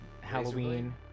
Halloween